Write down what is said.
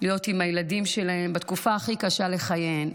להיות עם הילדים שלהן בתקופה הכי קשה בחייהן.